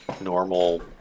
Normal